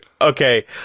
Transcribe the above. okay